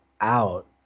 out